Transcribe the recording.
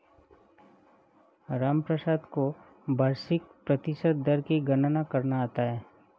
रामप्रसाद को वार्षिक प्रतिशत दर की गणना करना आता है